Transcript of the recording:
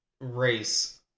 race